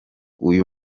uyu